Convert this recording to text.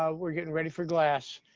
um we're getting ready for glass.